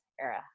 era